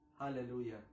Hallelujah